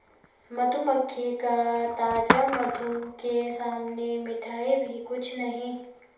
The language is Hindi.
मधुमक्खी का ताजा मधु के सामने मिठाई भी कुछ नहीं